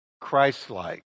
Christ-like